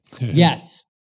Yes